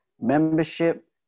membership